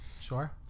sure